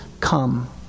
come